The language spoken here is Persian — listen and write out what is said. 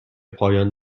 پایان